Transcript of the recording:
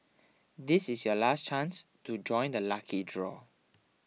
this is your last chance to join the lucky draw